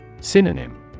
Synonym